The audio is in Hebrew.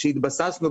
כשהתבססנו,